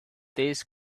this